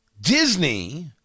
Disney